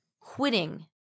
quitting